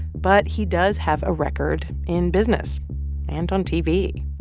but he does have a record in business and on tv.